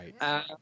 right